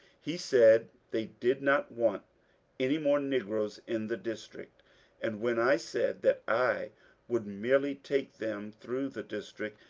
he said they did not want any more negroes in the district and when i said that i would merely take them through the district,